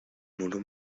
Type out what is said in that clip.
muro